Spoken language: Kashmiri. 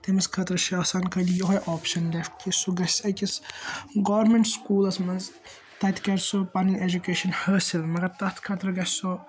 تٔمس خٲطرٕ چھِ آسان خٲلی یِہے آپشَن لیٚفٹ کہِ سُہ گَژھہِ أکِس گورمیٚنٹ سکولَس منٛز تَتہِ کٔرِ سُہ پَنٕنۍ ایٚجوکیشَن حٲصِل مَگَر تَتھ خٲطرٕ گَژھہِ سُہ